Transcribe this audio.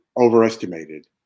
overestimated